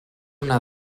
una